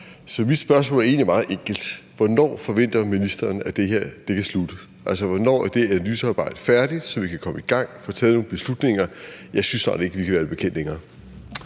Så mit spørgsmål er egentlig meget enkelt: Hvornår forventer ministeren, at det her kan slutte? Altså, hvornår er det analysearbejde færdig, så vi kan komme i gang og få taget nogle beslutninger? Jeg synes snart ikke, at vi kan være det bekendt længere.